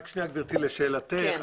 לשאלתך,